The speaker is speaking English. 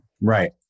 Right